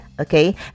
okay